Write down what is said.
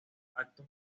actos